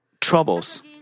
troubles